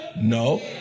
no